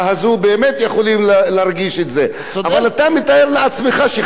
אבל אתה מתאר לעצמך שבן-אדם יכול לעבוד בבניין 50 שנה?